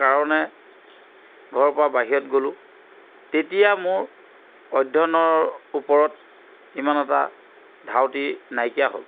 কাৰণে ঘৰৰ পৰা বাহিৰত গ'লো তেতিয়া মোৰ অধ্যয়নৰ ওপৰত ইমান এটা ধাউতি নাইকিয়া হ'ল